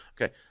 Okay